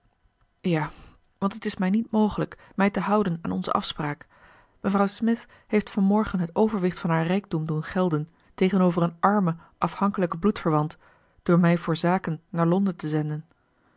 ja want het is mij niet mogelijk mij te houden aan onze afspraak mevrouw smith heeft van morgen het overwicht van haar rijkdom doen gelden tegenover een armen afhankelijken bloedverwant door mij voor zaken naar londen te zenden